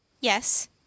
Yes